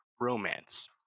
romance